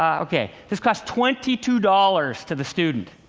ok. this costs twenty two dollars to the student.